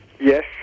Yes